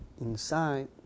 inside